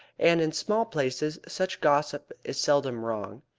and in small places such gossip is seldom wrong.